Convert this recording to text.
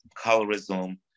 colorism